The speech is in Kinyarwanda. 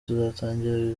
tuzatangira